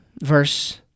verse